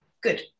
Good